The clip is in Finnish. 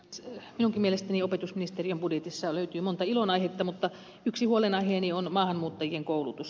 minunkin mielestäni opetusministeriön budjetista löytyy monta ilonaihetta mutta yksi huolenaiheeni on maahanmuuttajien koulutus